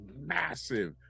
massive